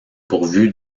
pourvus